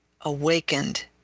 awakened